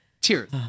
cheers